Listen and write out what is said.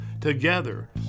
Together